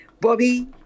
Bobby